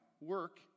work